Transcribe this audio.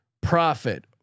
profit